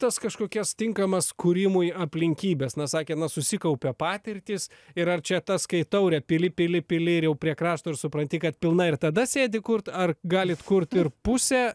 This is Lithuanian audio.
tas kažkokias tinkamas kūrimui aplinkybes na sakė na susikaupia patirtys ir ar čia tas kai taurę pili pili pili ir jau prie krašto ir supranti kad pilna ir tada sėdi kurt ar galit kurt ir pusė